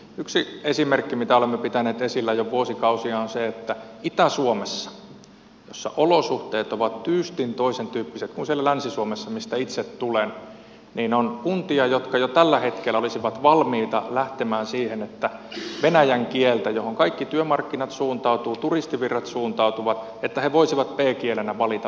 yksi esimerkki mitä olemme pitäneet esillä jo vuosikausia on se että itä suomessa jossa olosuhteet ovat tyystin toisentyyppiset kuin siellä länsi suomessa mistä itse tulen on kuntia jotka jo tällä hetkellä olisivat valmiita lähtemään siihen että he voisivat b kielenä valita venäjän kielen johon kaikki työmarkkinat suuntautuvat turistivirrat suuntautuvat että he voisivat ei kielenä valita